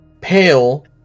pale